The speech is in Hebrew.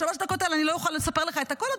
בשלוש הדקות האלה אני לא אוכל לספר לך את הכול,